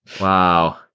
Wow